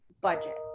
budget